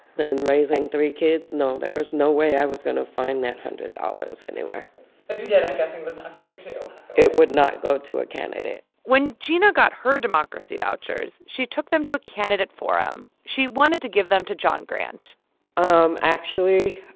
then raising three kids, no. there was no way i was going to find that hundred dollars anywhere if you did, i'm guessing it was not going to. it would not go to a candidate when gina got her democracy vouchers, she took them to a candidate forum. she wanted to give them to jon grant um actually,